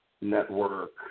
Network